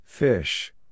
Fish